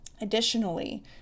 Additionally